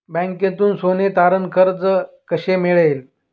बँकेतून सोने तारण कर्ज कसे मिळेल?